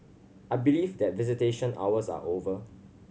I believe that visitation hours are over